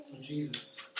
Jesus